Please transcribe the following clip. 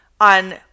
on